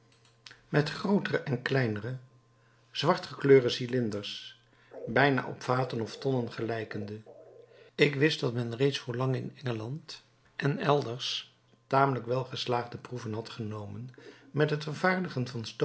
met grootere en kleinere zwart gekleurde cylinders bijna op vaten of tonnen gelijkende ik wist dat men reeds voorlang in engeland en elders tamelijk wel geslaagde proeven had genomen met het vervaardigen van